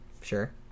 Sure